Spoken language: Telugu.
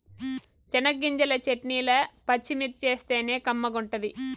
చెనగ్గింజల చెట్నీల పచ్చిమిర్చేస్తేనే కమ్మగుంటది